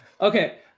Okay